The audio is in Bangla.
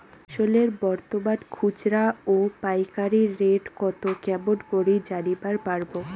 ফসলের বর্তমান খুচরা ও পাইকারি রেট কতো কেমন করি জানিবার পারবো?